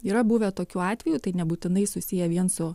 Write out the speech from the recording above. yra buvę tokių atvejų tai nebūtinai susiję vien su